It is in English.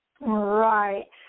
Right